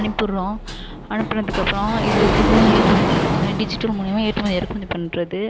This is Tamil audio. அனுப்பிடுறோம் அனுப்பினதுக்கு அப்புறம் இது இதுதான் ஏற்றுமதி இறக்குமதி டிஜிட்டல் மூலியமா ஏற்றுமதி இறக்குமதி பண்றது